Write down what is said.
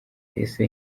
ese